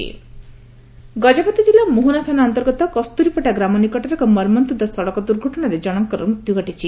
ଦୁର୍ଘଟଣା ଗଜପତି ଜିଲ୍ଲା ମୋହନା ଥାନା ଅନ୍ତର୍ଗତ କସ୍ତୁରୀପଟା ଗ୍ରାମ ନିକଟରେ ଏକ ମର୍ମନ୍ତୁଦ ସଡ଼କ ଦୁର୍ଘଟଣାରେ ଜଣଙ୍କର ମୃତ୍ୟୁ ଘଟିଛି